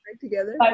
together